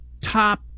top